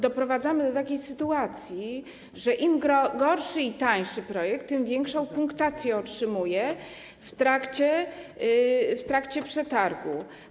Doprowadzamy do takiej sytuacji, że im gorszy i tańszy projekt, tym wyższą punktację otrzymuje w trakcie przetargu.